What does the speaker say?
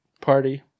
party